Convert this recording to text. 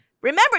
Remember